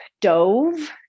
dove